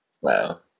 Wow